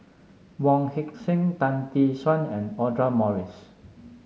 Wong Heck Sing Tan Tee Suan and Audra Morrice